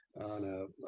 on